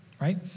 right